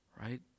right